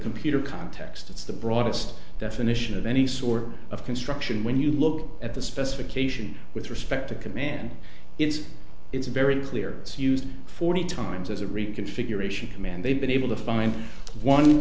computer context it's the broadest definition of any sort of construction when you look at the specification with respect to command it's it's very clear it's used forty times as a reconfiguration command they've been able to find one